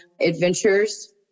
adventures